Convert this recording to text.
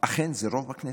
אכן זה רוב בכנסת,